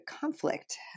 conflict